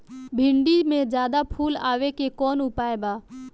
भिन्डी में ज्यादा फुल आवे के कौन उपाय बा?